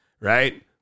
Right